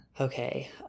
Okay